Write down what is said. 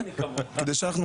כדי שאנחנו,